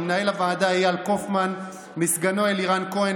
למנהל הוועדה איל קופמן ולסגנו אלירן כהן,